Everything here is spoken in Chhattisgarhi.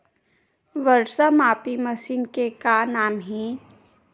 वर्षा मापी मशीन के का नाम हे?